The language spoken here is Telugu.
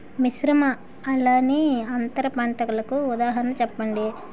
మిశ్రమ అలానే అంతర పంటలకు ఉదాహరణ చెప్పండి?